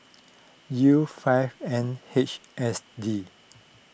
U five N H S D